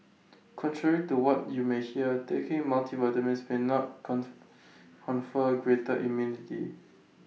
contrary to what you may hear taking multivitamins may not con confer greater immunity